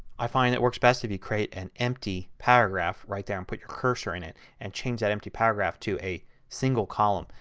i find it works best if you create an empty paragraph, right there, and put your cursor in it. and change that empty paragraph to a single column.